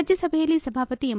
ರಾಜ್ಯಸಭೆಯಲ್ಲಿ ಸಭಾಪತಿ ಎಂ